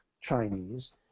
Chinese